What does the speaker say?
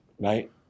Right